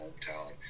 hometown